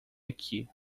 aqui